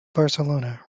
barcelona